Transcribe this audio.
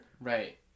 Right